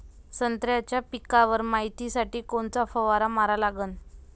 संत्र्याच्या पिकावर मायतीसाठी कोनचा फवारा मारा लागन?